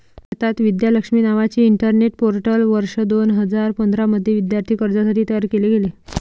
भारतात, विद्या लक्ष्मी नावाचे internet portal वर्ष दोन हजार पंधरा मध्ये विद्यार्थी कर्जासाठी तयार केले गेले